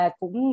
cũng